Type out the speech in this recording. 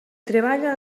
treballa